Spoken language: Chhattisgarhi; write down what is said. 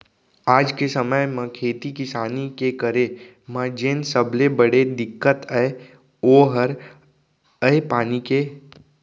आज के समे म खेती किसानी के करे म जेन सबले बड़े दिक्कत अय ओ हर अय पानी के